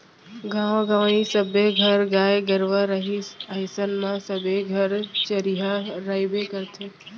गॉंव गँवई सबे घर गाय गरूवा रहय अइसन म सबे घर चरिहा रइबे करथे